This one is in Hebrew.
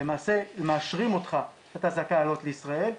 למעשה מאשרים אותך שאתה זכאי לעלות לישראל.